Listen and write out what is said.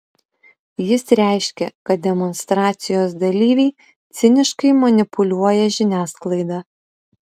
jis reiškė kad demonstracijos dalyviai ciniškai manipuliuoja žiniasklaida